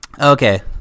Okay